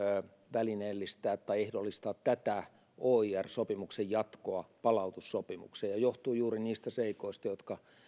välineellistää tai ehdollistaa tätä oir sopimuksen jatkoa palautussopimukseen ja se johtuu juuri niistä seikoista jotka